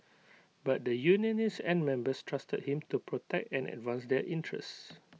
but the unionists and members trusted him to protect and advance their interests